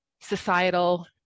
societal